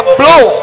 blow